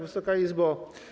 Wysoka Izbo!